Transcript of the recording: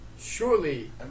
Surely